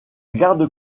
garde